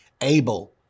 Abel